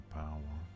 power